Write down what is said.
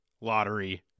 Lottery